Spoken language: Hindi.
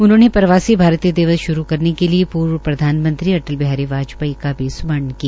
उन्होंनें प्रवासी भारतीय दिवस श्रू करने के लिये पूर्व प्रधानमंत्री अटल बिहारी वाजपेयी का भी स्मरण किया